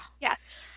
yes